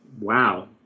Wow